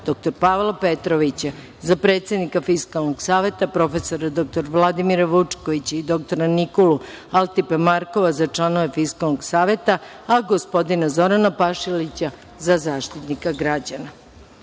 dr Pavla Petrovića za predsednika Fiskalnog saveta, prof. dr Vladimira Vučkovića i dr Nikolu Altiparmakova, za članove Fiskalnog saveta, a gospodina Zorana Pašalića za Zaštitnika građana. Podsećam